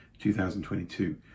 2022